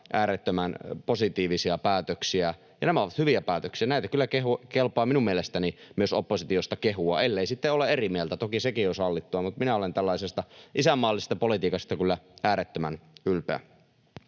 äärettömän positiivisia päätöksiä ja hyviä päätöksiä. Näitä kyllä kelpaa minun mielestäni myös oppositiosta kehua, ellei sitten ole eri mieltä. Toki sekin on sallittua, mutta minä olen tällaisesta isänmaallisesta politiikasta kyllä äärettömän ylpeä.